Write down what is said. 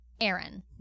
Aaron